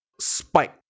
spike